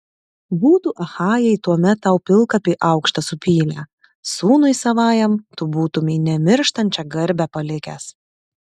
būtų achajai tuomet tau pilkapį aukštą supylę sūnui savajam tu būtumei nemirštančią garbę palikęs